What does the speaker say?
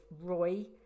Roy